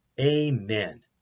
Amen